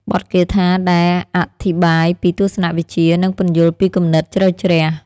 បទគាថាដែលអធិប្បាយពីទស្សនវិជ្ជា និងពន្យល់ពីគំនិតជ្រៅជ្រះ។